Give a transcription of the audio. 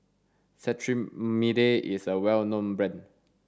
Cetrimide is a well known brand